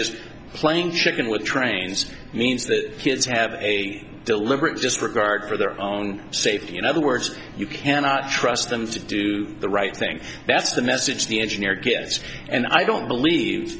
is playing chicken with trains means that kids have a deliberate disregard for their own safety in other words you cannot trust them to do the right thing that's the message the engineer gets and i don't believe